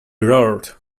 roared